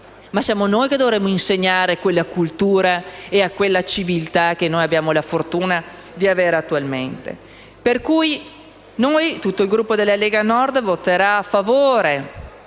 ma siamo noi che dovremmo insegnare quella cultura e quella civiltà che abbiamo la fortuna di avere attualmente. Per cui tutto il Gruppo della Lega Nord voterà a favore